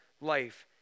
life